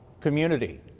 community.